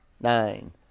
nine